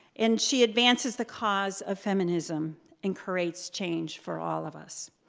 and she advances the cause of feminism and curates change for all of us.